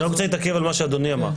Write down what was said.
אני רק רוצה להתעכב על מה שאדוני אמר.